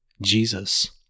Jesus